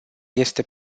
este